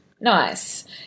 Nice